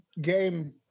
game